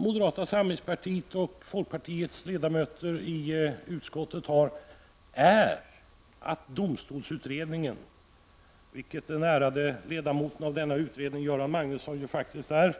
Moderata samlingspartiets och folkpartiets ledamöter i utskottet har en önskan om att domstolsutredningen, som Göran Magnusson är en ärad ledamot av, skall se